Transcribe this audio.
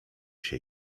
się